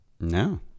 No